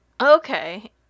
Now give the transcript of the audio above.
Okay